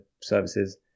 services